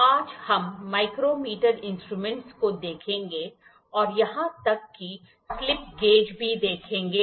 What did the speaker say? तो आज हम माइक्रोमीटर इंस्ट्रूमेंटों को देखेंगे और यहाँ तक कि स्लिप गेज भी देखेंगे